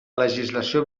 legislació